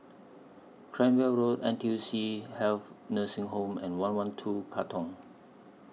Cranwell Road N T U C Health Nursing Home and one one two Katong